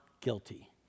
guilty